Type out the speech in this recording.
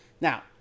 Now